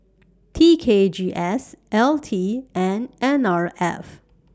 T K G S L T and N R F